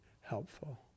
helpful